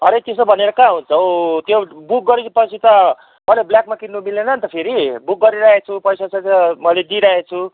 अरे त्यसो भनेर कहाँ हुन्छ हौ त्यो बुक गरिसक्योपछि त मैले ब्ल्याकमा किन्नु मिलेन नि त फेरि बुक गरिराखेको छु पैसासैसा मैले दिइराखेको छु